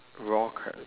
raw crab